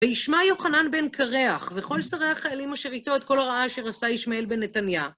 וישמע יוחנן בן קרח וכל שרי החיילים אשר איתו את כל הרעה אשר עשה ישמעאל בנתניה.